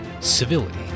civility